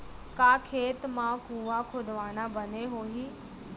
का खेत मा कुंआ खोदवाना बने होही?